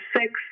six